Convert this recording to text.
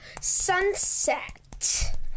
sunset